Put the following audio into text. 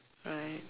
right